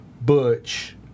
Butch